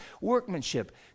workmanship